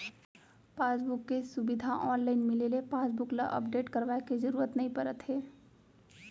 passbook के सुबिधा online मिले ले पासबुक ल अपडेट करवाए के जरूरत नइ परत हे